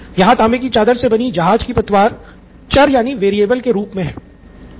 यहाँ तांबे कि चादर से बनी जहाज कि पतवार चर के रूप में हैं